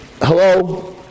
Hello